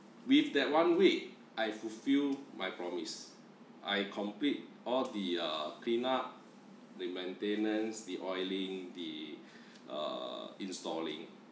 with that one week I fulfil my promise I complete all the uh cleanup the maintenance the oiling the uh installing